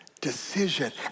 decision